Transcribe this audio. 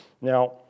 Now